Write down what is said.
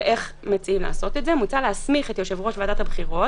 מוצע להסמיך את יושב-ראש ועדת הבחירות